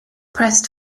pressed